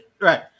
right